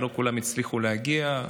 שלא כולם הצליחו להגיע,